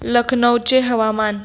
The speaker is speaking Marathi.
लखनौचे हवामान